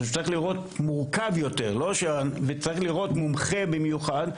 מורכב יותר וצריך לראות מומחה במיוחד,